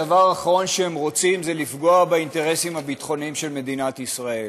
הדבר האחרון שהם רוצים זה לפגוע באינטרסים הביטחוניים של מדינת ישראל.